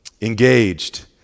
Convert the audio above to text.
engaged